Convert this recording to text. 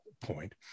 point